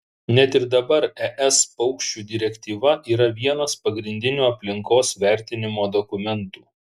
net ir dabar es paukščių direktyva yra vienas pagrindinių aplinkos vertinimo dokumentų